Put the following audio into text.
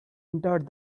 entered